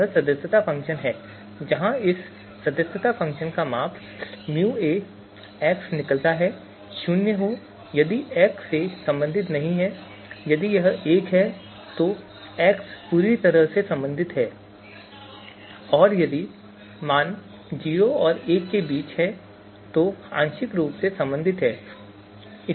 यह सदस्यता फ़ंक्शन है जहां इस सदस्यता फ़ंक्शन का मान µA निकलता है शून्य हो यदि x से संबंधित नहीं है यदि यह एक है तो x पूरी तरह से से संबंधित है और यदि मान 0 और 1 के बीच है तो आंशिक रूप से से संबंधित है